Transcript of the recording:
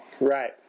Right